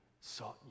sought